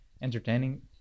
entertaining